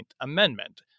Amendment